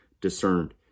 discerned